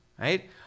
right